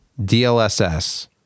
DLSS